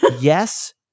Yes